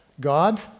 God